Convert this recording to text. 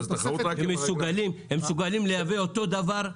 הם מסוגלים לייבא אותו דבר,